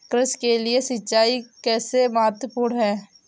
कृषि के लिए सिंचाई कैसे महत्वपूर्ण है?